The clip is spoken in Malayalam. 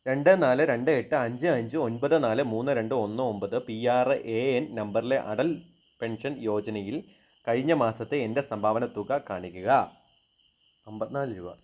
രണ്ട് നാല് രണ്ട് എട്ട് അഞ്ച് അഞ്ച് ഒൻപത് നാല് മുന്ന് രണ്ട് ഒന്ന് ഒൻപത് പി ആർ എ എൻ നമ്പറിലെ അടൽ പെൻഷൻ യോജനയിൽ കഴിഞ്ഞ മാസത്തെ എൻ്റെ സംഭാവന തുക കാണിക്കുക അൻപത്തി നാല് രൂപ